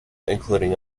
including